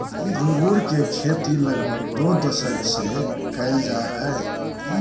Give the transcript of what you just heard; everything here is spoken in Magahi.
अंगूर के खेती लगभग छो दशक से कइल जा हइ